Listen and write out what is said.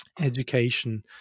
education